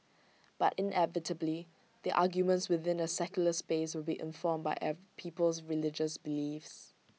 but inevitably the arguments within the secular space will be informed by A people's religious beliefs